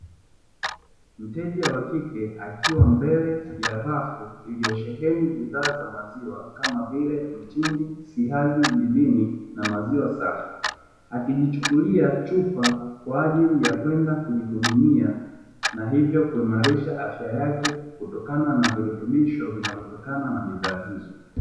Mteja wa kike akiwa mbele ya rafu iliyosheni bidhaa za maziwa kama vile:mtindi, siagi, jibini na maziwa safi. Akijichukulia chupa kwa ajili ya kwenda kujihudumia, na hivyo kuimarisha afya yake kutokana na virutubisho vinavyotokana na bidhaa hizo.